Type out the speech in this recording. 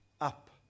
up